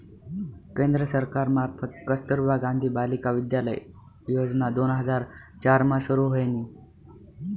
केंद्र सरकार मार्फत कस्तुरबा गांधी बालिका विद्यालय योजना दोन हजार चार मा सुरू व्हयनी